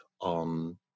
on